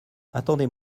attendez